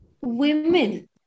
women